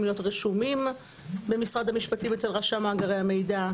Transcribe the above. להיות רשומים במשרד המשפטים אצל רשם מאגרי המידע.